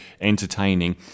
entertaining